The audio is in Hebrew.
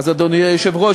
אדוני היושב-ראש,